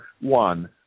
one